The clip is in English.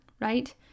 right